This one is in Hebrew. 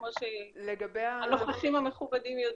כמו שהנוכחים המכובדים יודעים.